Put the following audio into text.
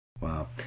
Wow